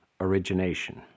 origination